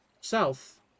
south